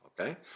okay